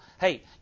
hey